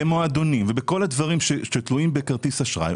במועדונים ובכל הדברים שתלויים בכרטיס אשראי,